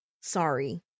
sorry